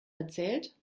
erzählt